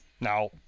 now